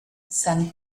sant